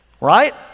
Right